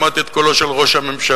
שמעתי את קולו של ראש הממשלה,